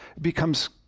becomes